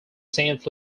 saint